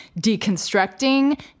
deconstructing